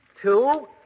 two